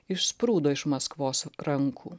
išsprūdo iš maskvos rankų